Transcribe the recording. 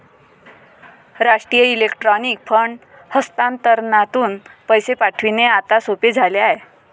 राष्ट्रीय electronic fund हस्तांतरणातून पैसे पाठविणे आता सोपे झाले आहे